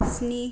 स्नि